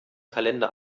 kalender